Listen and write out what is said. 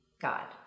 god